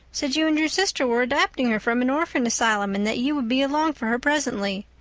said you and your sister were adopting her from an orphan asylum and that you would be along for her presently.